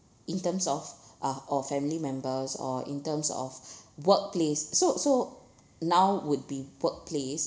in terms of ah or family members or in terms of workplace so so now would be workplace